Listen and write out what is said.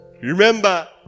Remember